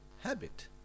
habit